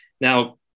Now